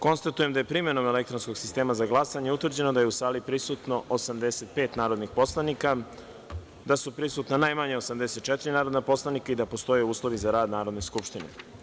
Konstatujem da je primenom elektronskog sistema za glasanje utvrđeno da su je u sali prisutno 85 narodnih poslanika, odnosno da su prisutna najmanje 84 narodna poslanika i da postoje uslovi za rad Narodne skupštine.